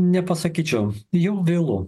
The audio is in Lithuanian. nepasakyčiau jau vėlu